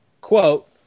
quote